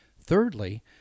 Thirdly